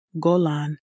Golan